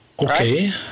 Okay